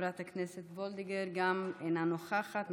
חברת הכנסת וולדיגר גם היא אינה נוכחת,